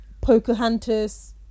Pocahontas